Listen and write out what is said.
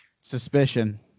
suspicion